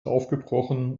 aufgebrochen